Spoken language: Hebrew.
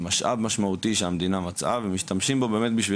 משאב משמעותי שהמדינה מצאה ומשתמשים בו בשביל